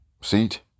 seat